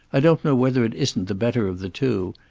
i don't know whether it isn't the better of the two,